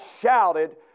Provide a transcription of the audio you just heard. shouted